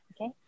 Okay